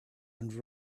and